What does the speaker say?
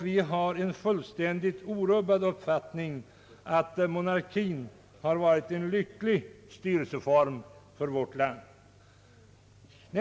Vi har en fullständigt orubbad uppfattning att monarkien har varit en lycklig styrelseform för vårt land.